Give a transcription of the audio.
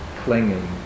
clinging